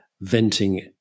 venting